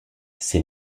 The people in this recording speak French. c’est